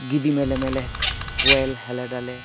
ᱜᱤᱫᱤ ᱢᱮᱞᱮ ᱠᱚᱭᱮᱞ ᱦᱟᱞᱮᱰᱟᱞᱮ